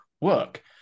work